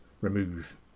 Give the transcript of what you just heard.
remove